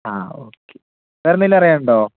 ആ ഓക്കേ വേറെ എന്തെങ്കിലും അറിയാൻ ഉണ്ടോ